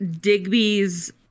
digby's